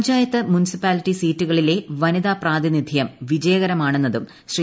panchayat municipality സീറ്റുകളിലെ മ്മനിത പ്രാതിനിധ്യം വിജയകരമാണെന്നതും ശ്രീ